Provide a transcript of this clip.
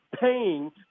paying